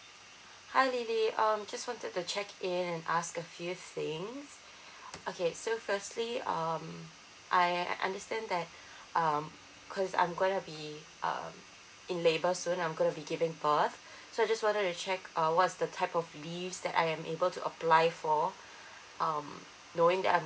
hi lily um just wanted to check and ask a few things okay so firstly um I understand that um because I'm going to be uh in labor soon I'm going to be giving birth so I just wanted to check uh what's the type of leaves that I am able to apply for um knowing that I'm